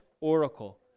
oracle